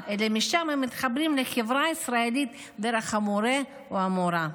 אלא משם הם מתחברים לחברה הישראלית דרך המורֶה או המורָה.